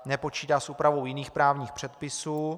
Nepočítá s úpravou jiných právních předpisů.